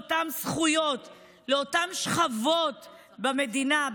אותן זכויות לאותן שכבות במדינה,